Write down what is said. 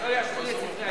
אז לא